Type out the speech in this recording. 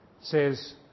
says